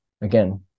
again